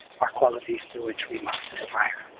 are qualities to which we must aspire.